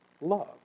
love